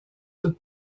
toute